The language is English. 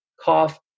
cough